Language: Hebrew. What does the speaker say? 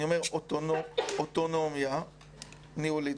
אוטונומיה ניהולית.